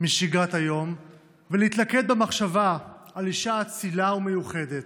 משגרת היום ולהתלכד במחשבה על אישה אצילה ומיוחדת,